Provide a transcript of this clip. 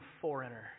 foreigner